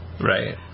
Right